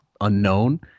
unknown